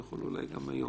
הוא יכול אולי גם היום.